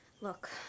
look